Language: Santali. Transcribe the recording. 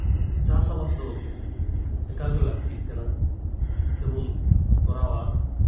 ᱪᱟᱥ ᱟᱵᱟᱫ ᱫᱚ ᱮᱠᱟᱞ ᱜᱮ ᱞᱟᱹᱠᱛᱤᱜ ᱠᱟᱱᱟ ᱥᱮᱵᱩᱱ ᱠᱚᱨᱟᱣᱟ